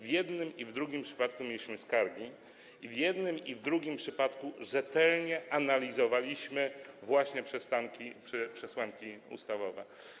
W jednym i w drugim przypadku mieliśmy skargi i w jednym i w drugim przypadku rzetelnie analizowaliśmy właśnie przesłanki ustawowe.